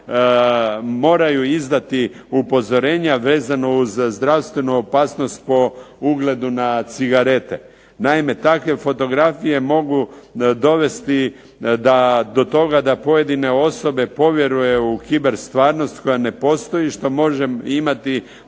moraju izdati upozorenja vezano uz zdravstvenu opasnost po ugledu na cigarete. Naime, takve fotografije mogu dovesti do toga da pojedine osobe povjeruje u hiber stvarnost koja ne postoji, što može imati